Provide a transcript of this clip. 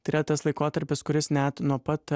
tai yra tas laikotarpis kuris net nuo pat